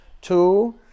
Two